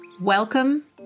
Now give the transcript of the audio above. Welcome